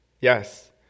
Yes